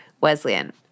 Wesleyan